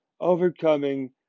overcoming